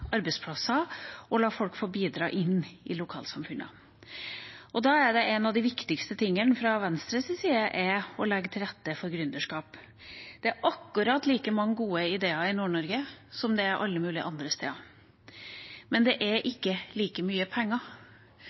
arbeidsplasser og la folk få bidra inn i lokalsamfunnet. Da er noe av det viktigste fra Venstres side å legge til rette for gründerskap. Det er akkurat like mange gode ideer i Nord-Norge, som det er alle mulige andre steder. Men det er ikke like mye penger.